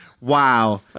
wow